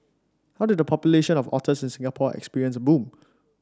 how did the population of otters in Singapore experience a boom